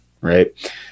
right